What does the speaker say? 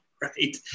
Right